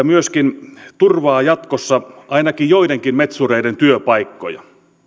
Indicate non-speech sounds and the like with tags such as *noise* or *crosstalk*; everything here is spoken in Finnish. *unintelligible* myöskin turvaa jatkossa ainakin joidenkin metsureiden työpaikkoja